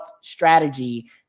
strategy